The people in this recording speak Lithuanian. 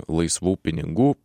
laisvų pinigų